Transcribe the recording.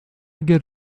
get